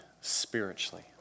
spiritually